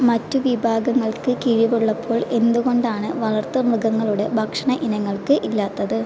മറ്റ് വിഭാഗങ്ങൾക്ക് കിഴിവ് ഉള്ളപ്പോൾ എന്തുകൊണ്ടാണ് വളർത്തുമൃഗങ്ങളുടെ ഭക്ഷണ ഇനങ്ങൾക്ക് ഇല്ലാത്തത്